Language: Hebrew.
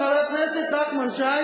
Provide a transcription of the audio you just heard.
חבר הכנסת נחמן שי,